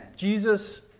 Jesus